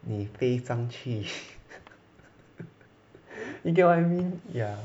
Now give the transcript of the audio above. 你背上去 you get what I mean ya